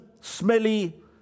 smelly